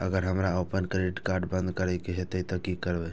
अगर हमरा आपन क्रेडिट कार्ड बंद करै के हेतै त की करबै?